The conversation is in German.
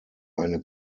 eine